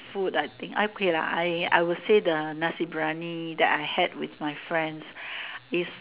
food I think okay lah I I will say the nasi-biryani that I had with my friend is